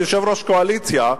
ויושב-ראש הקואליציה,